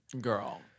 Girl